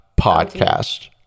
podcast